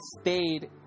stayed